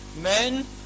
men